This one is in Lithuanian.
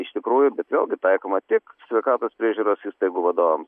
iš tikrųjų bet vėlgi taikoma tik sveikatos priežiūros įstaigų vadovam